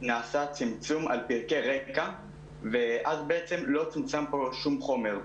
נעשה צמצום על פרקי רקע ואז בעצם לא צומצם פה שום חומר.